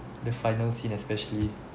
the final scene especially